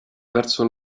verso